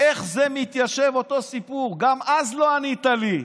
איך זה מתיישב, אותו סיפור, גם אז לא ענית לי.